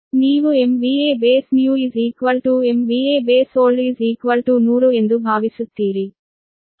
ಆದ್ದರಿಂದ ನೀವು 100 ಎಂದು ಭಾವಿಸುತ್ತೀರಿ